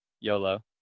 YOLO